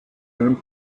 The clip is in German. einem